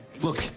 Look